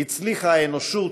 הצליחה האנושות,